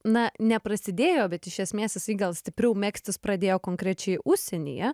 na neprasidėjo bet iš esmės jisai gal stipriau megztis pradėjo konkrečiai užsienyje